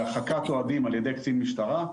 להרחקת אוהדים על ידי קצין משטרה,